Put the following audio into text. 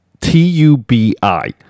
T-U-B-I